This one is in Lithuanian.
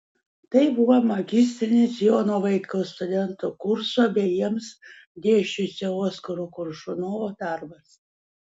tai buvo magistrinis jono vaitkaus studentų kurso bei jiems dėsčiusio oskaro koršunovo darbas